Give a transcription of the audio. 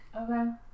Okay